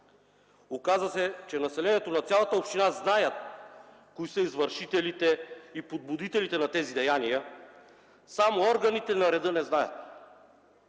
Оказа се, че населението на цялата община знае кои са извършителите и подбудителите на тези деяния, само органите на реда не знаят.